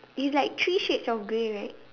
it's like three shades of grey right